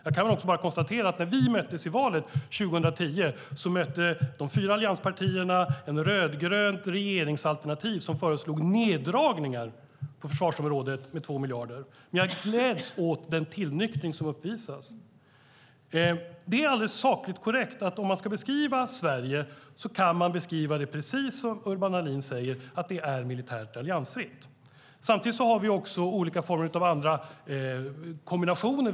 Jag kan bara konstatera att när vi möttes i valet 2010 mötte de fyra allianspartierna ett rödgrönt regeringsalternativ som föreslog neddragningar på försvarsområdet med 2 miljarder. Men jag gläds åt den tillnyktring som uppvisas. Det är alldeles sakligt korrekt att beskriva Sverige precis som Urban Ahlin gör, genom att säga att det är militärt alliansfritt. Så kan man säga. Samtidigt har vi olika former av andra kombinationer.